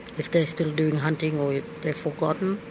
if they are still doing hunting or they've forgotten